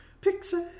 Pixie